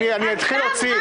אני אתחיל להוציא.